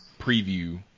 preview